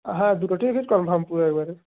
হ্যাঁ দুটো ticket confirm পুরো এবারে